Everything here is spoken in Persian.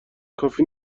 کافی